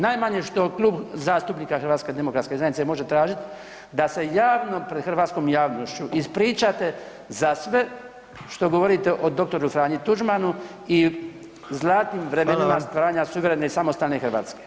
Najmanje što Klub zastupnika HDZ-a može tražit da se javno pred hrvatskom javnošću ispričate za sve što govorite o dr. Franji Tuđmanu i zlatnim vremenima [[Upadica: Hvala vam]] stvaranja suvremene i samostalne Hrvatske.